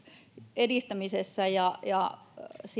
edistämisessä ja ja